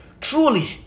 truly